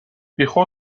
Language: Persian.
بیخود